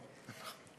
נכון.